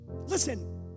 Listen